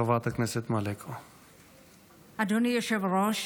אדוני היושב-ראש,